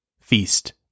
Feast